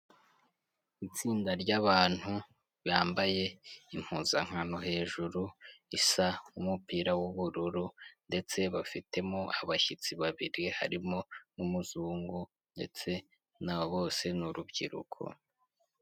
Itsinda ry'abantu bambaye impuzankano hejuru isa nk'umupira w'ubururu ndetse bafitemo abashyitsi babiri harimo n'umuzungu ndetse na bose ni urubyiruko.